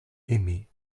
aimé